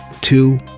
Two